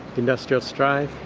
industrial strikes,